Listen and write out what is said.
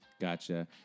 Gotcha